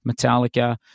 Metallica